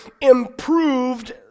improved